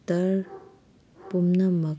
ꯇꯔ ꯄꯨꯝꯅꯃꯛ